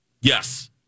Yes